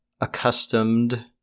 accustomed